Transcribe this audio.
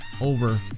over